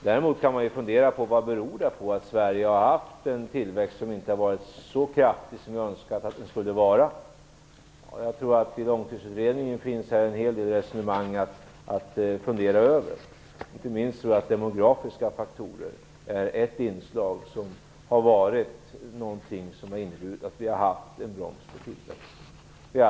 Däremot kan man fundera över vad det beror på att Sverige har haft en tillväxt som inte är så kraftig som vi har önskat att den skulle vara. Jag tror att det i Långtidsutredningen finns en hel del resonemang att fundera över. Inte minst tror jag att demografiska faktorer är en orsak till att vi har haft en broms på tillväxten.